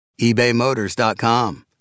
ebaymotors.com